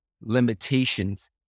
limitations